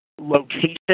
location